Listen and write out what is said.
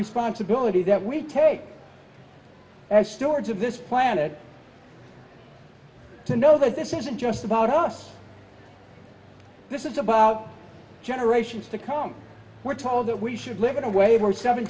responsibility that we take as stewards of this planet to know that this isn't just about us this is about generations to come we're told that we should live in a way where seven